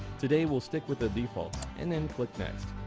today we'll stick with the defaults and then click next.